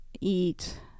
eat